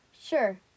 Sure